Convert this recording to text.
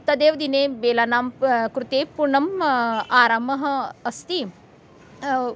तदेव दिने बेलानां कृते पूर्णं आरामम् अस्ति